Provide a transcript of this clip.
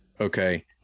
Okay